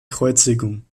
kreuzigung